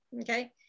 okay